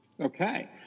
Okay